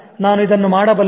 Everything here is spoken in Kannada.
ನಾನು ಇದನ್ನು ಮಾಡಬಲ್ಲೆ